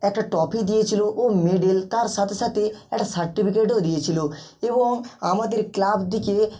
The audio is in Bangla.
একটা ট্রফি দিয়েছিল ও মেডেল তার সাথে সাথে একটা সার্টিফিকেটও দিয়েছিল এবং আমাদের ক্লাব থেকে